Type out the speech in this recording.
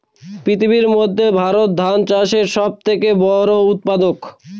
পৃথিবীর মধ্যে ভারত ধান চাষের সব থেকে বড়ো উৎপাদক